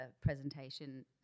presentation